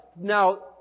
Now